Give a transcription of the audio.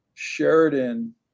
Sheridan